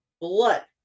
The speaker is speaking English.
blood